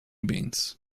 beans